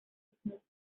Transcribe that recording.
verknüpft